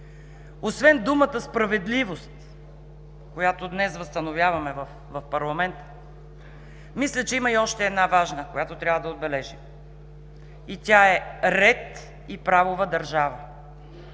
Освен думата „справедливост“, която днес възстановяваме в парламента, мисля, че има и още една важна, която трябва да отбележим, и тя е „ред и правова държава“.